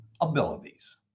Abilities